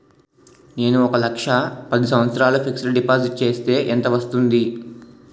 నేను ఒక లక్ష పది సంవత్సారాలు ఫిక్సడ్ డిపాజిట్ చేస్తే ఎంత వడ్డీ వస్తుంది?